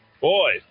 Boy